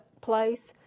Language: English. place